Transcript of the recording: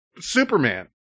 superman